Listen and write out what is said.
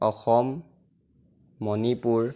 Assam Manipur